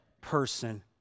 person